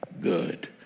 good